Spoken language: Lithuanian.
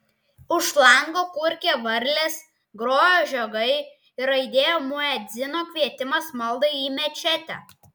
už lango kurkė varlės grojo žiogai ir aidėjo muedzino kvietimas maldai į mečetę